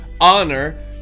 honor